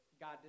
God